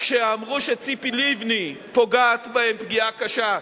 כשאמרו שציפי לבני פוגעת בהן פגיעה קשה,